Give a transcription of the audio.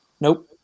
Nope